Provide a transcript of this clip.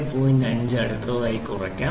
5 അടുത്തതായി കുറയ്ക്കും